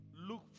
look